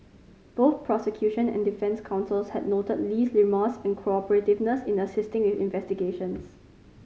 both prosecution and defence counsels had noted Lee's remorse and cooperativeness in assisting with investigations